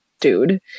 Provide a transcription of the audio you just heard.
dude